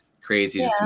crazy